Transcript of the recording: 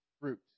fruit